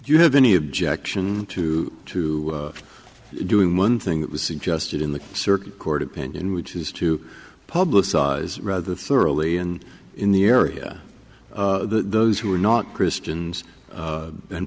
do you have any objection to to doing one thing that was suggested in the circuit court opinion which is to publicize rather thoroughly and in the area those who are not christians